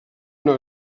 una